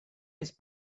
his